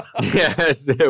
Yes